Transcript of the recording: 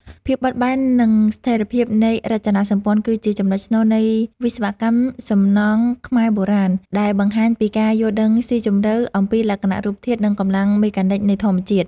ភាពបត់បែន និងស្ថិរភាពនៃរចនាសម្ព័ន្ធ គឺជាចំណុចស្នូលនៃវិស្វកម្មសំណង់ខ្មែរបុរាណ ដែលបង្ហាញពីការយល់ដឹងស៊ីជម្រៅអំពីលក្ខណៈរូបធាតុ និងកម្លាំងមេកានិចនៃធម្មជាតិ។